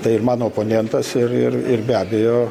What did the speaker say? tai ir mano oponentas ir ir ir be abejo